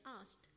asked